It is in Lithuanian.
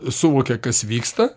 suvokia kas vyksta